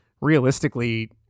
realistically